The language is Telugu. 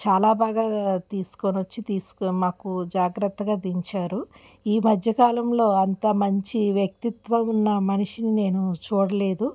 చాలా బాగా తీసుకొని వచ్చి తీసుకు మాకు జాగ్రత్తగా దించారు ఈ మధ్యకాలంలో అంత మంచి వ్యక్తిత్వం ఉన్న మనిషిని నేను చూడలేదు